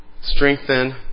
strengthen